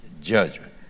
judgment